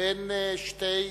בין שני